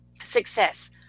success